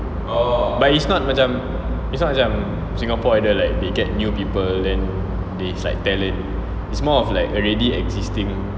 but is not macam it's not macam Singapore Idol like they get new people then they is like talent is more of like already existing